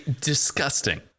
disgusting